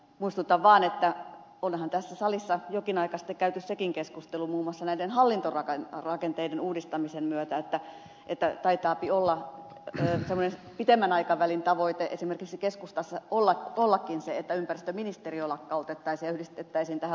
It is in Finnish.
muistutan vaan että onhan tässä salissa jokin aika sitten käyty sekin keskustelu muun muassa näiden hallintorakenteiden uudistamisen myötä että taitaapi semmoinen pitemmän aikavälin tavoite esimerkiksi keskustassa ollakin se että ympäristöministeriö lakkautettaisiin ja yhdistettäisiin tähän luonnonvaraministeriöön